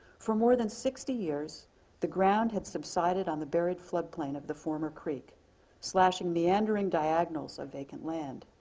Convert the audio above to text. for more than sixty years the ground had subsided on the buried flood plain of the former creek slashing meandering diagonals of vacant land.